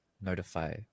notify